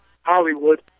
Hollywood